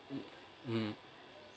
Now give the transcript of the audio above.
mm